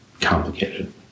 complicated